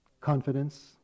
confidence